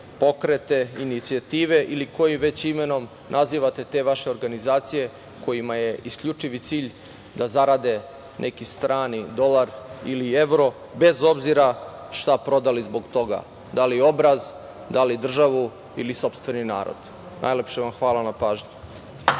pokrete i inicijative, ili koji već imenom nazivate te vaše organizacije kojima je isključivi cilj da zarade neki strani dolar ili evro, bez obzira šta prodali zbog toga, da li obraz, da li državu ili sopstveni narod. Najlepše vam hvala na pažnji.